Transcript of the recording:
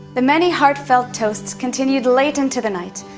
the many heartfelt toasts continued late into the night,